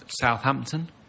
Southampton